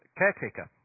caretaker